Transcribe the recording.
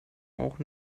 auch